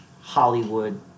Hollywood